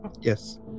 yes